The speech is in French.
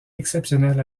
exceptionnel